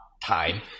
time